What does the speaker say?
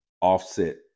offset